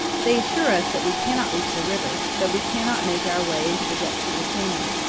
they assure us that we cannot reach the river, that we cannot make our way into the depths of the canyon,